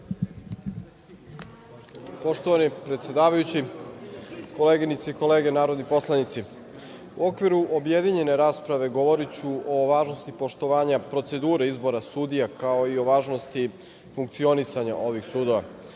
Poštovani, predsedavajući, koleginice i kolege narodni poslanici, u okviru objedinjene rasprave govoriću o važnosti poštovanja procedure izbora sudija, kao i o važnosti funkcionisanja ovih